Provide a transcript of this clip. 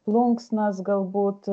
plunksnas galbūt